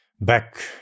back